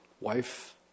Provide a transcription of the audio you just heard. wife